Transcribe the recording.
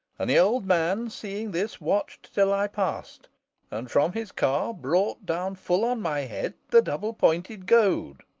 and the old man, seeing this, watched till i passed and from his car brought down full on my head the double-pointed goad.